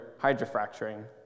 hydrofracturing